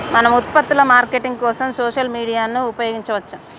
మన ఉత్పత్తుల మార్కెటింగ్ కోసం సోషల్ మీడియాను ఉపయోగించవచ్చా?